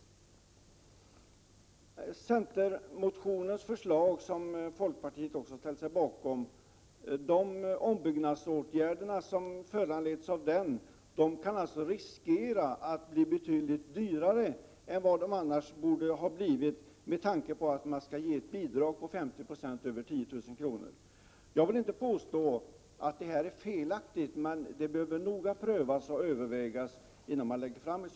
De ombyggnadsåtgärder som föranleds av centermotionens förslag, som folkpartiet också ställt sig bakom, riskerar alltså att bli betydligt dyrare än vad åtgärderna borde ha blivit, med tanke på att man skall ge ett bidrag på 50 96 när det gäller kostnader över 10 000 kr. Jag vill inte påstå att förslaget är felaktigt, men ett sådant förslag behöver noga prövas och övervägas innan man lägger fram det.